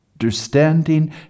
understanding